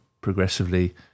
progressively